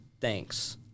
thanks